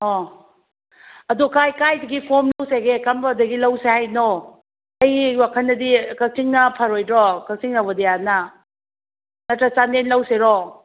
ꯑꯣ ꯑꯗꯣ ꯀꯥꯏꯗꯒꯤ ꯐꯣꯝ ꯂꯧꯁꯦꯒꯦ ꯀꯔꯝꯕꯗꯒꯤ ꯂꯩꯁꯦ ꯍꯥꯏꯅꯣ ꯑꯩ ꯋꯥꯈꯟꯗꯗꯤ ꯀꯛꯆꯤꯡꯅ ꯐꯔꯣꯏꯗ꯭ꯔꯣ ꯀꯛꯆꯤꯡ ꯅꯕꯣꯗꯤꯌꯥꯅ ꯅꯠꯇ꯭ꯔ ꯆꯥꯟꯗꯦꯜ ꯂꯧꯁꯤꯔꯣ